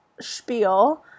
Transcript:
spiel